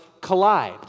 collide